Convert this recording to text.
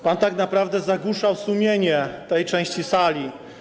Pan tak naprawdę zagłuszał sumienie tej części sali.